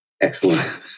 Excellent